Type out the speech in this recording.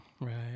right